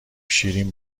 شیرین